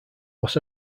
los